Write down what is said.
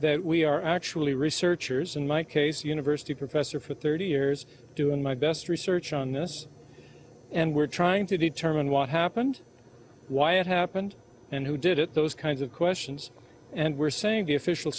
that we are actually researchers in my case university professor for thirty years doing my best research on this and we're trying to determine what happened why it happened and who did it those kinds of questions and we're saying the official